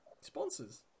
Sponsors